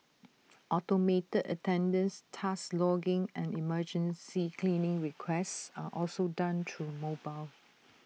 automated attendance task logging and emergency cleaning requests are also done through mobile